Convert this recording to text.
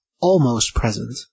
almost-present